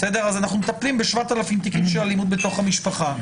אז אנחנו מטפלים ב-7,000 תיקים של אלימות בתוך המשפחה,